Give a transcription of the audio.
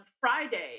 Friday